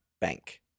bank